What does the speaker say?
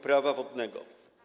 Prawa wodnego.